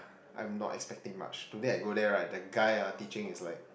I'm not expecting much today I go there right the guy teaching is like